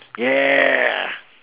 yeah